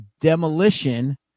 demolition